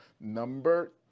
Number